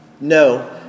No